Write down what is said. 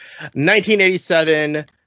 1987